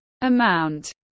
amount